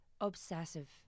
Obsessive